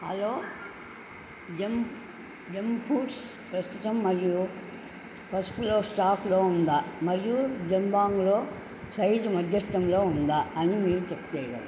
hello జం jumpsuits ప్రస్తుతం మరియు పసుపులో స్టాక్లో ఉందా మరియు జబాంగ్లో సైజ్ మధ్యస్థంలో ఉందా అని మీరు చెక్ చెయ్యగలరా